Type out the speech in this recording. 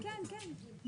כן, נדון.